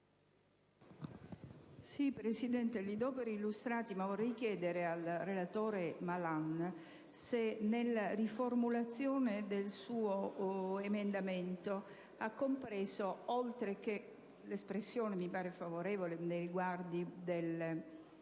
gli emendamenti presentati, ma vorrei chiedere al senatore Malan se nella riformulazione del suo emendamento ha compreso, oltre che l'espressione mi pare favorevole nei riguardi delle